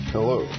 Hello